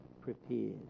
prepared